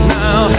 now